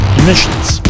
emissions